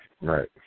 Right